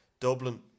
Dublin